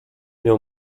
miał